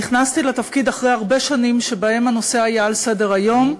נכנסתי לתפקיד אחרי הרבה שנים שבהן הנושא היה על סדר-היום,